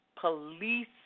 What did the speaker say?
police